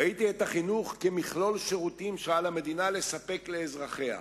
ראיתי את החינוך כמכלול שירותים שעל המדינה לספק לאזרחיה,